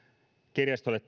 kirjastolle